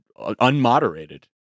unmoderated